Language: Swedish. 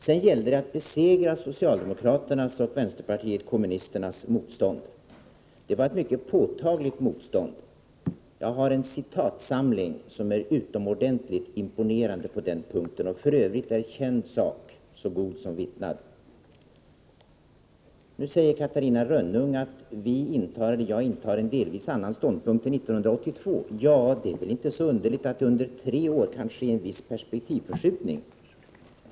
Sedan gällde det att besegra socialdemokraternas och vänsterpartiet kommunisternas motstånd. Det var ett mycket påtagligt motstånd. Jag har en citatsamling, som är utomordentligt imponerande på den punkten. För övrigt är känd sak så god som vittnad. Catarina Rönnung påstår att jag nu intar en delvis annan ståndpunkt än 1982. Det är väl inte så underligt att det under tre år kan ske en viss perspektivförskjutning.